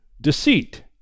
deceit